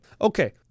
Okay